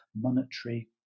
monetary